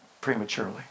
prematurely